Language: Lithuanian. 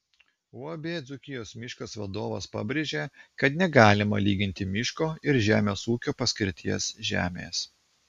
uab dzūkijos miškas vadovas pabrėžė kad negalima lyginti miško ir žemės ūkio paskirties žemės